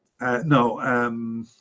No